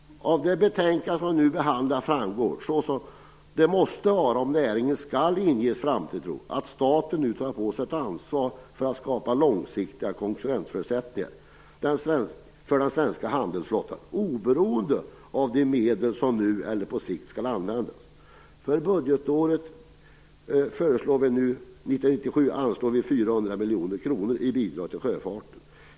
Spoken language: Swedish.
Av det betänkande som vi nu behandlar framgår att staten nu tar på sig ett ansvar för att skapa långsiktiga konkurrensförutsättningar för den svenska handelsflottan, oberoende av vilka medel som nu eller på sikt skall användas. Så måste det vara om näringen skall inges framtidstro. För budgetåret 1997 anslår vi 400 miljoner kronor i bidrag till sjöfarten.